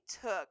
took